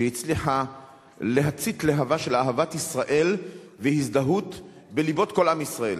שהצליחה להצית להבה של אהבת ישראל והזדהות בלבות כל עם ישראל.